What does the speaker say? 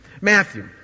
Matthew